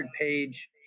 page